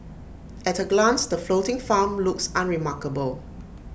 at A glance the floating farm looks unremarkable